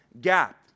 gap